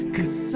Cause